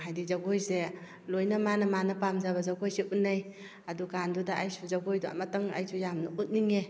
ꯍꯥꯏꯕꯗꯤ ꯖꯒꯣꯏꯁꯦ ꯂꯣꯏꯅ ꯃꯥꯅ ꯃꯥꯅ ꯄꯥꯝꯖꯕ ꯖꯒꯣꯏꯁꯦ ꯎꯠꯅꯩ ꯑꯗꯨꯀꯥꯟꯗꯨꯗ ꯑꯩꯁꯨ ꯖꯒꯣꯏꯗꯣ ꯑꯃꯠꯇꯪ ꯑꯩꯁꯨ ꯌꯥꯝꯅ ꯎꯠꯅꯤꯡꯉꯦ